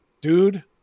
dude